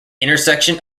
intersection